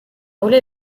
volé